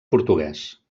portuguès